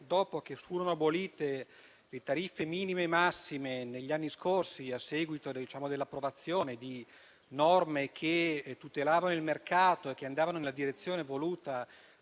dopo che furono abolite le tariffe minime e massime negli anni scorsi a seguito dell'approvazione di norme che tutelavano il mercato e andavano nella direzione voluta